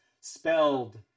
spelled